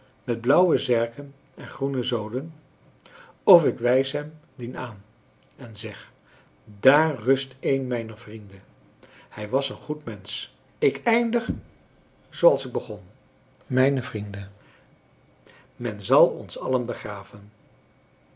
met blauwe zerken en groene zoden of ik wijs hem dien aan en zeg dààr rust een mijner vrienden hij was een goed mensch ik eindig zoo als ik begon mijne vrienden men zal ons allen begraven